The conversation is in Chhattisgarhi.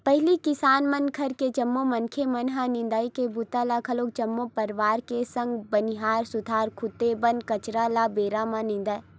पहिली किसान घर के जम्मो मनखे मन ह निंदई के बूता ल घलोक जम्मो परवार के संग बनिहार सुद्धा खुदे बन कचरा ल बेरा म निंदय